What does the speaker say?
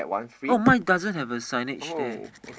oh my doesn't have a signage there